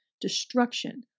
destruction